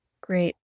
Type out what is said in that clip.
great